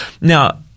Now